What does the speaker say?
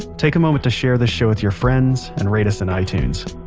take a moment to share this show with your friends and rate us in itunes.